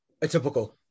Atypical